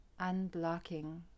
unblocking